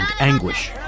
anguish